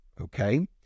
Okay